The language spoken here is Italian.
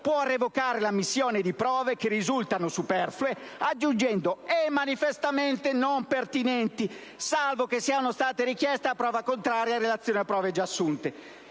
può revocare l'ammissione di prove che risultano superflue e manifestamente non pertinenti, salvo che siano state richieste a prova contraria in relazione a prove già assunte.